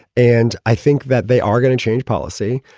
and i think that they are going to change policy.